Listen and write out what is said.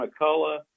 McCullough